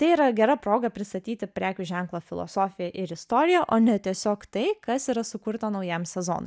tai yra gera proga pristatyti prekių ženklo filosofiją ir istoriją o ne tiesiog tai kas yra sukurta naujam sezonui